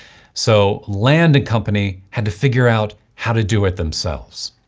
so land and company had to figure out how to do it themselves.